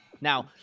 Now